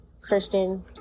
christian